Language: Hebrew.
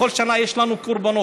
ובכל שנה יש לנו קורבנות.